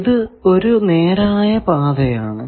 ഇത് ഒരു നേരായ പാത ആണ്